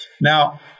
Now